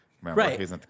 right